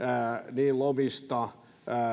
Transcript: niin lomista